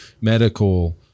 medical